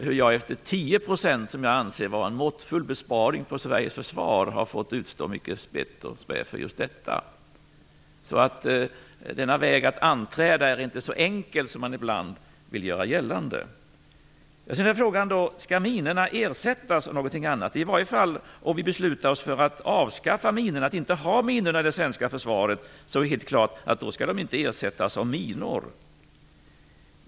Hur jag, efter att ha föreslagit 10 %, som jag anser vara en måttfull besparing på Sveriges försvar, har fått utstå mycket spott och spe för just detta. Denna väg är inte så enkel att anträda som man ibland vill göra gällande. Sedan är frågan: Skall minorna ersättas av någonting annat? Om vi beslutar oss för att avskaffa minorna, att inte ha minor i det svenska försvaret, är det helt klart att de inte skall ersättas av minor.